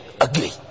ugly